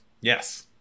Yes